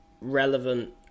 relevant